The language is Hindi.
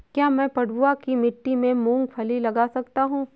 क्या मैं पडुआ की मिट्टी में मूँगफली लगा सकता हूँ?